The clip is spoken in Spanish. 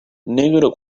negro